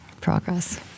progress